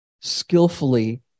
skillfully